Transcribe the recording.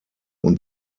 und